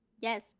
yes